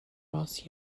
ross